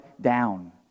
down